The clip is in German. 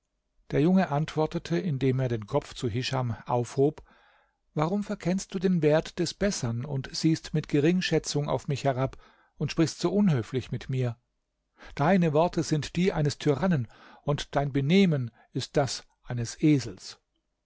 der junge antwortete indem er den kopf zu hischam aufhob warum verkennst du den wert des bessern und siehst mit geringschätzung auf mich herab und sprichst so unhöflich mit mir deine worte sind die eines tyrannen und dein benehmen ist das eines esels